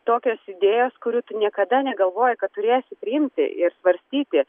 tokios idėjos kurių tų niekada negalvojai kad turėsi priimti ir svarstyti